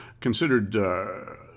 considered